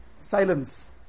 silence